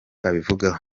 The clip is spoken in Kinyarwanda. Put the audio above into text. abivugaho